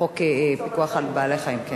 חוק הפיקוח על בעלי-חיים.